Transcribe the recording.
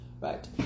right